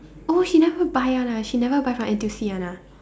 oh she never buy one ah she never buy from N_T_U_C one ah